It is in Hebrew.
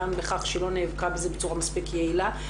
גם בכך שהיא לא נאבקה בזה בצורה מספיק יעילה,